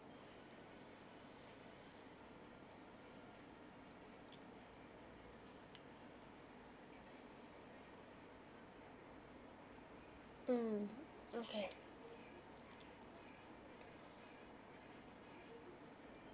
mm okay